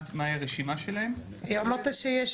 אני מוסיף